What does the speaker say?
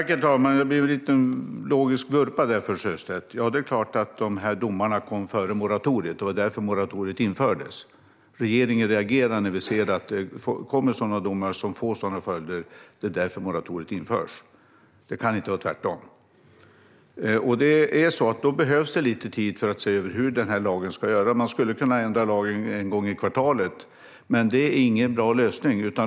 Herr talman! Det blev en liten logisk vurpa där för Sjöstedt. Ja, det är klart att de här domarna kom före moratoriet - det var därför moratoriet infördes. När vi ser att det kommer domar som får sådana följder reagerar regeringen, och det är därför moratoriet införs. Det kan inte vara tvärtom. Det behövs lite tid för att se över hur den här lagen ska ändras. Man skulle kunna ändra lagen en gång i kvartalet, men det är ingen bra lösning.